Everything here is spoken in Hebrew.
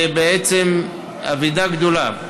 וזו אבדה גדולה.